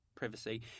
privacy